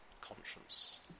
conscience